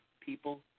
people